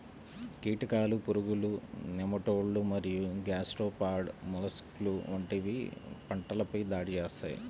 కీటకాలు, పురుగులు, నెమటోడ్లు మరియు గ్యాస్ట్రోపాడ్ మొలస్క్లు వంటివి పంటలపై దాడి చేస్తాయి